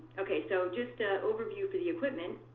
ok so just a overview for the equipment